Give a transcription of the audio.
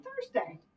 Thursday